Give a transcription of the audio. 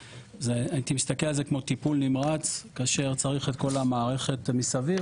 הייתי מסתכל על זה כמו טיפול נמרץ כאשר צריך את כל המערכת מסביב,